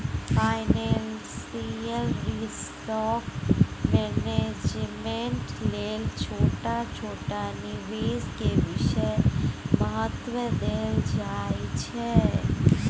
financial risk management लेल छोट छोट निवेश के विशेष महत्व देल जाइ छइ